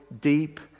deep